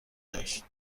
داشت